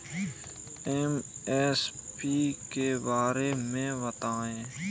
MSP के बारे में बतायें?